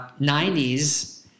90s